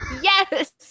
Yes